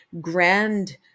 grand